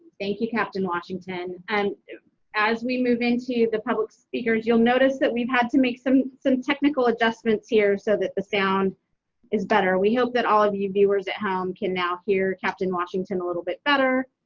thank you captain washington. and as we move into the public speakers, you'll notice that we've had to make some some technical adjustments here so that the sound is better, we hope that all of you viewers at home can now hear captain washington a little bit better.